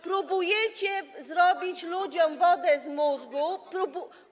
Próbujecie zrobić ludziom wodę z mózgu.